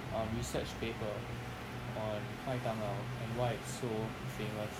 a research paper on 麦当劳 and why it's so famous